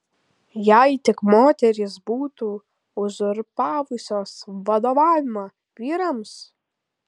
jei tik moterys būtų uzurpavusios vadovavimą vyrams